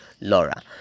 Laura